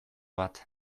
bat